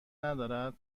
ندارد